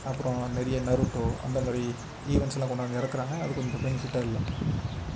அப்புறம் நிறைய நரூட்டோ அந்த மாதிரி ஈவெண்ட்ஸ்லாம் கொண்டு வந்து இறக்குறாங்க அது கொஞ்சம் பெனிஃபிட்டா இல்லை